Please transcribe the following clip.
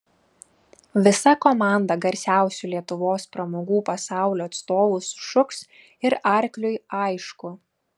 visa komanda garsiausių lietuvos pramogų pasaulio atstovų sušuks ir arkliui aišku